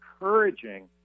encouraging